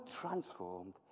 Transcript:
transformed